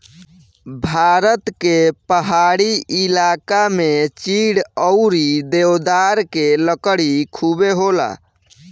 भारत के पहाड़ी इलाका में चीड़ अउरी देवदार के लकड़ी खुबे होला